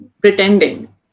pretending